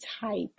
type